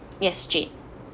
yes jade